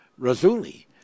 Razuli